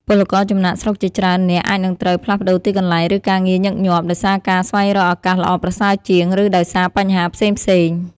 ពលករចំណាកស្រុកជាច្រើននាក់អាចនឹងត្រូវ ផ្លាស់ប្តូរទីកន្លែង ឬការងារ ញឹកញាប់ ដោយសារការស្វែងរកឱកាសល្អប្រសើរជាង ឬដោយសារបញ្ហាផ្សេងៗ ។